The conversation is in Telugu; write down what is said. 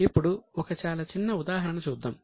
ఇప్పుడు ఒక చాలా చిన్న ఉదాహరణ చూద్దాం